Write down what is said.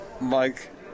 mike